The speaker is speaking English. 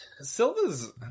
Silva's